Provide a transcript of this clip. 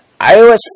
iOS